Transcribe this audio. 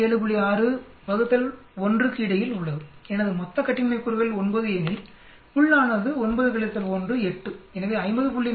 6 1க்கு இடையில் உள்ளது எனது மொத்த கட்டின்மை கூறுகள் 9 எனில் உள் ஆனது 9 1 8 எனவே 50